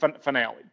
finale